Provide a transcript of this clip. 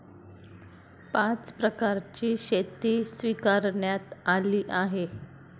पाच प्रकारची शेती स्वीकारण्यात आली आहे